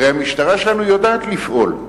הרי המשטרה שלנו יודעת לפעול,